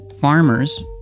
farmers